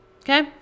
Okay